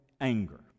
anger